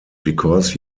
because